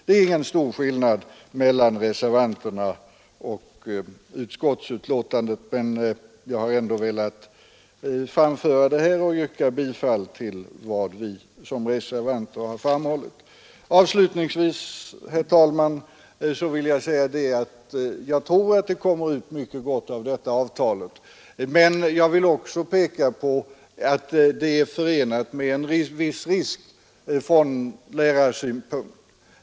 Det är ingen stor skillnad mellan reservanterna och utskottsmajoriteten, men jag har ändå velat framföra det här och yrka bifall till vad vi reservanter har framhållit. Avslutningsvis, herr talman, vill jag säga att jag tror att det kommer ut mycket gott av detta avtal. Men jag vill också peka på att det är förenat med en viss risk, sett från lärarsynpunkt.